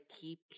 keep